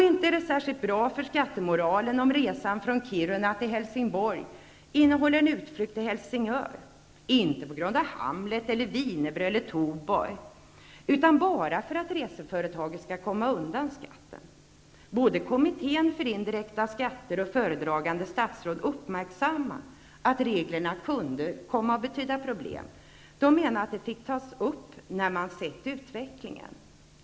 Inte är det särskilt bra för skattemoralen om resan från Kiruna till Helsingborg innehåller en utflykt till Helsingör, inte på grund av Hamlet eller wienerbröd eller Tuborg, utan bara för att reseföretaget skall komma undan skatten. Både kommittén för indirekta skatter och föredragande statsråd uppmärksammade att reglerna kunde komma att betyda problem. Men de menade att det fick tas upp när man sett utvecklingen.